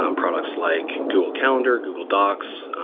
um products like google calendar, google docs,